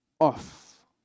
Off